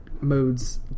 modes